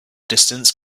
distance